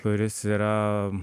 kuris yra